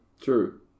True